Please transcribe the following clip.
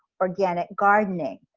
organic gardening,